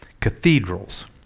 cathedrals